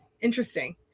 Interesting